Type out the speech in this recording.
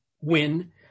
win